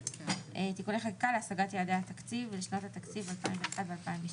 (תיקוני חקיקה להשגת יעדי התקציב לשנות התקציב 2021 ו-2022),